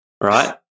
right